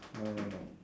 no no no